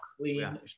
clean